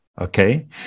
okay